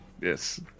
yes